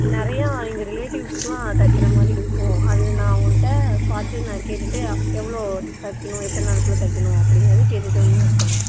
நிறையா எங்கள் ரிலேட்டிவ்ஸுக்குலாம் தைக்கிறமாரி இருக்கும் அது நான் அவங்கள்கிட்ட பார்த்து நான் கேட்டுவிட்டு எவ்வளோ தைக்கிணும் எத்தனை நாள் குள்ளே தைக்கிணும் அப்படிங்கறத கேட்டுவிட்டு வந்து நான் சொல்லுறேன்